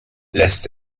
lässt